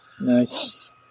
Nice